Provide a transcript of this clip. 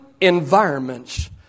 environments